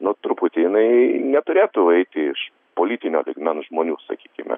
nu truputį jinai neturėtų eiti iš politinio lygmens žmonių sakykime